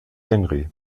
henry